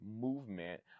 movement